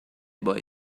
boy